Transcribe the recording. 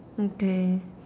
okay